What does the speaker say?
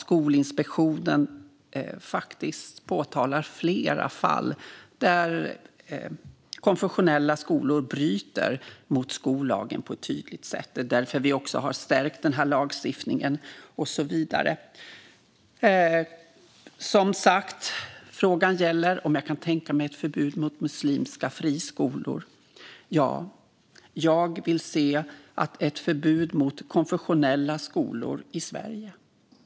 Skolinspektionen påtalar faktiskt flera fall där konfessionella skolor bryter mot skollagen på ett tydligt sätt. Det är därför som vi också har stärkt denna lagstiftning och så vidare. Frågan gäller, som sagt, om jag kan tänka mig ett förbud mot muslimska friskolor. Ja, jag vill se ett förbud mot konfessionella skolor i Sverige.